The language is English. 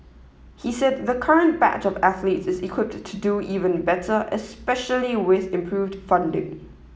he said the current batch of athletes is equipped to do even better especially with improved funding